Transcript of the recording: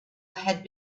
had